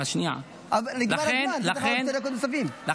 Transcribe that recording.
נגמר הזמן, נתתי לך שתי דקות נוספות.